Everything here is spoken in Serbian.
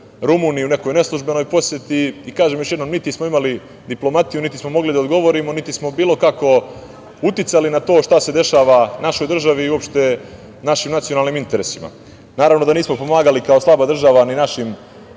Rumuniji, u nekoj neslužbenoj poseti. Kažem još jednom, niti smo imali diplomatiju, niti smo mogli da odgovorimo, niti smo bilo kako uticali na to šta se dešava našoj državi i uopšte našim nacionalnim interesima. Naravno da nismo pomagali kao slaba država našim